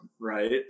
right